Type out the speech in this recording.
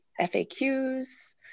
FAQs